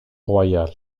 royal